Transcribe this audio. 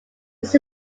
this